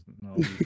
no